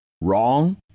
wrong